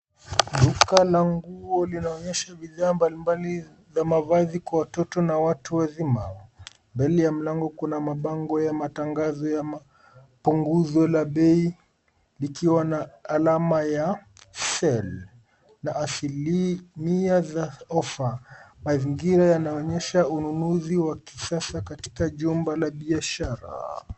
Duka la nguo linaonyesha bidhaa mbalimbali za mavazi kwa watoto na watu wazima . Mbele ya mlango kuna mabango ya matangazo ya mapunguzo la bei likiwa na alama ya sale na asilimia za ofa. Mazingira yanaonyesha ununuzi wa kisasa katika jumba la kibiashara.